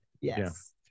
Yes